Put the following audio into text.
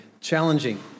challenging